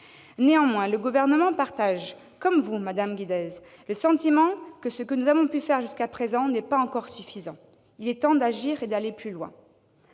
Néanmoins, le Gouvernement partage avec vous, madame Guidez, le sentiment que ce que nous avons pu faire jusqu'à présent n'est pas encore suffisant. Il est temps d'agir et d'aller plus loin.